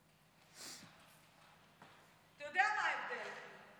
אתה יודע מה ההבדל?